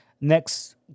Next